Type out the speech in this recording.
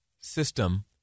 system